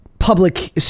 public